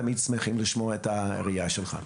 אנחנו תמיד שמחים לשמוע את הראייה שלך.